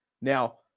Now